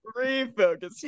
refocus